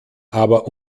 aber